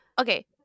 okay